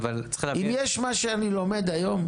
אם יש משהו שאני לומד היום,